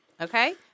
Okay